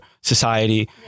society